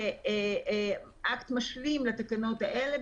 כאקט משלים לתקנות האלה,